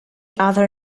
other